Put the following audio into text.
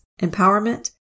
empowerment